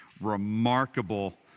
remarkable